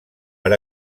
per